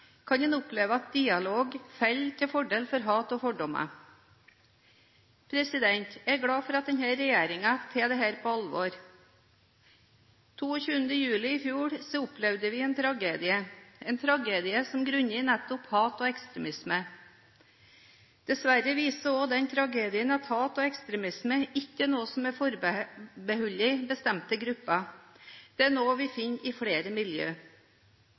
kan en oppleve at dialog faller – til fordel for hat og fordommer. Jeg er glad for at denne regjeringen tar dette på alvor. Den 22. juli i fjor opplevde vi en tragedie som bunner i nettopp hat og ekstremisme. Dessverre viser også denne tragedien at hat og ekstremisme ikke er noe som er forbeholdt bestemte grupper. Det er noe vi finner i flere